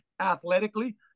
athletically